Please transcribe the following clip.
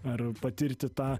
ar patirti tą